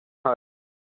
হয়